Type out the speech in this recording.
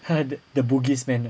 the the bugis man uh